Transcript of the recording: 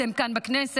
אתן כאן בכנסת,